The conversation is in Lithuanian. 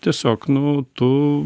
tiesiog nu tu